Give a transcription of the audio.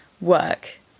work